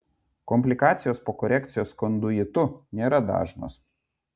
komplikacijos po korekcijos konduitu nėra dažnos